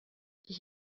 ich